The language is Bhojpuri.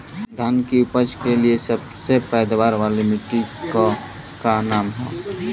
धान की उपज के लिए सबसे पैदावार वाली मिट्टी क का नाम ह?